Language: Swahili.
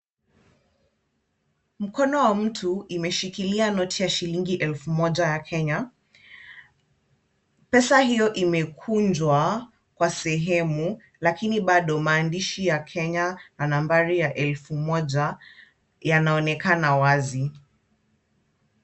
Mkono wa mtu imeshikilia noti ya shilingi elfu moja ya Kenya. Pesa hiyo imekunjwa kwa sehemu lakini bado maandishi ya Kenya na nambari ya elfu moja yanaonekana wazi.